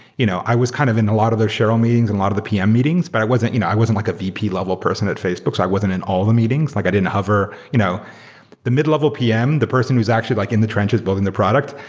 you know i was kind of in a lot of the share hold meetings and a lot of the pm meetings, but i wasn't you know i wasn't like a vp level person at facebook. so i wasn't in all the meetings. like i didn't hover you know the mid-level pm. the person who's actually like in the trenches building the product.